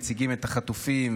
מציגים את החטופים,